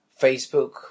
Facebook